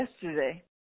yesterday